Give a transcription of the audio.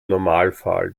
normalfall